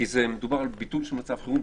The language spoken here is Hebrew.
כי מדובר על ביטול של מצב חירום.